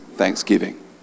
Thanksgiving